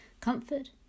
comfort